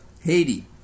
Haiti